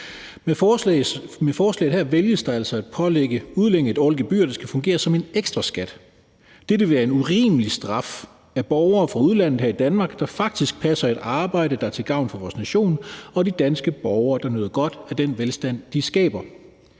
Med forslaget her vælges der altså at pålægge udlændinge et årligt gebyr, der skal fungere som en ekstra skat. Dette vil være en urimelig straf af borgere fra udlandet her i Danmark, der faktisk passer et arbejde, og som er til gavn for vores nation og de danske borgere, der nyder godt af den velstand, de skaber.